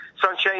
Sunshine